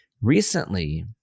recently